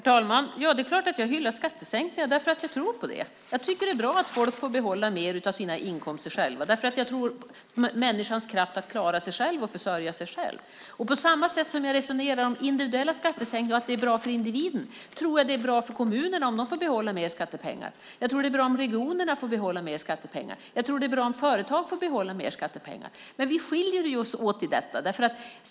Herr talman! Det är klart att jag hyllar skattesänkningar därför att jag tror på dem. Jag tycker att det är bra att folk får behålla mer av sina inkomster själva. Jag tror på människans kraft att klara sig själv och försörja sig själv. På samma sätt som jag resonerar om individuella skattesänkningar, att det är bra för individen, tror jag att det är bra för kommunerna om de kan få behålla mer skattepengar. Jag tror att det är bra för regionerna om de får behålla mer skattepengar. Jag tror att det är bra om företagen får behålla mer skattepengar. Vi skiljer oss åt i detta.